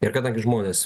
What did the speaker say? ir kadangi žmonės